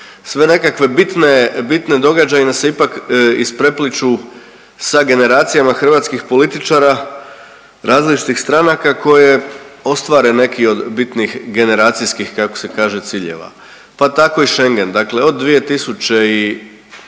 sve nekakve bitne, bitne događaje nam se ipak isprepliću sa generacijama hrvatskih političara različitih stranaka koje ostvare neki od bitnih generacijskih kako se kaže ciljeva pa tako i Schengen. Dakle, od 2015.